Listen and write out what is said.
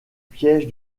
pièges